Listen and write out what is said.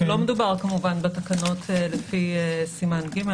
לא מדובר כמובן בתקנות לפי סימן ג',